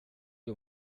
och